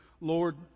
Lord